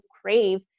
crave